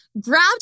grabbed